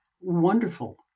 wonderful